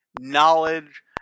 knowledge